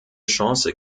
chance